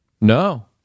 No